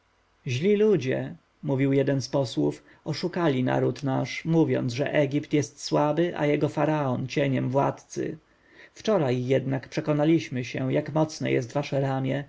źli ludzie mówił jeden z posłów oszukali naród nasz mówiąc że egipt jest słaby a jego faraon cieniem władcy wczoraj jednak przekonaliśmy się jak mocne jest wasze ramię